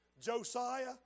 Josiah